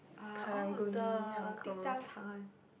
ah orh the 叮当糖